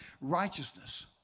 righteousness